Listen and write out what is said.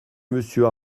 monsieur